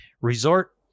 resort